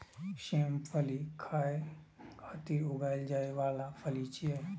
सेम फली खाय खातिर उगाएल जाइ बला फली छियै